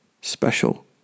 special